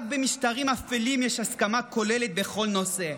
רק במשטרים אפלים יש הסכמה כוללת בכל נושא.